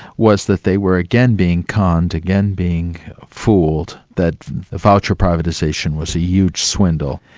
was that they were again being conned, again being fooled, that voucher privatisation was a huge swindle.